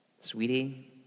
sweetie